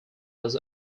was